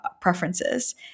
preferences